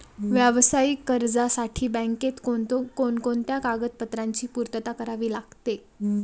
व्यावसायिक कर्जासाठी बँकेत कोणकोणत्या कागदपत्रांची पूर्तता करावी लागते?